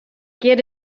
get